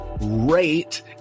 rate